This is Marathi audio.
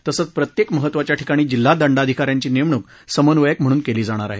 तसंच प्रत्येक महत्त्वाच्या ठिकाणी जिल्हादंडाधिका यांची नेमणूक समन्वयक म्हणून केली जाणार आहे